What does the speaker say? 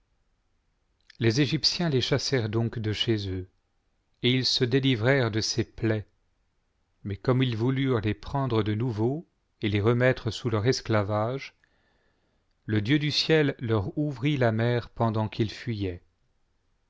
les égyptiens les chassèrent donc de chez eux et ils se délivrèrent de ces plaies mais comme ils voulurent les prendre de nouveau et les remettre hous leur esclavage le dieu du ciel leur ouvrit la mer pendant qu'ils fuj-aient